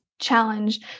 Challenge